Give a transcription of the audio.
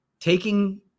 taking